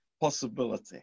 possibility